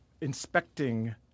inspecting